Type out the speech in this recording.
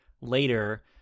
later